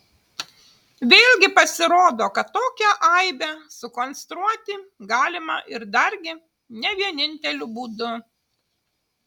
vėlgi pasirodo kad tokią aibę sukonstruoti galima ir dargi ne vieninteliu būdu